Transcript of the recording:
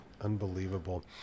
unbelievable